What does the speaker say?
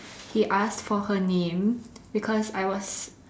he asked for her name because I was